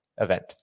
event